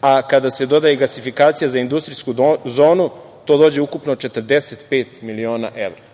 a kada se doda i gasifikacija za industrijsku zonu, to dođe ukupno 45 miliona evra,